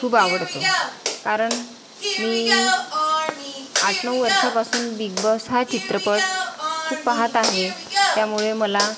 खूप आवडतो कारण मी आठ नऊ वर्षापासून बिग बॉस हा चित्रपट खूप पाहात आहे त्यामुळे मला